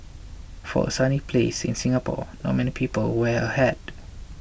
for a sunny place in Singapore not many people wear a hat